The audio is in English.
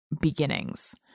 beginnings